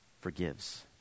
forgives